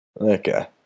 Okay